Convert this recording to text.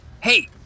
hey